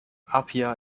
apia